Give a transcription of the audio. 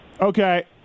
Okay